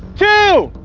two,